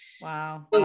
Wow